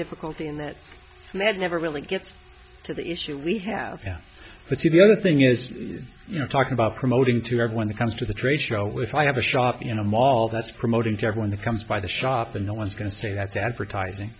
difficulty in that and that never really gets to the issue we have yeah but see the other thing is you're talking about promoting to everyone that comes to the trade show if i have a shop you know a mall that's promoting to everyone that comes by the shop and no one's going to say that's advertising